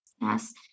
Yes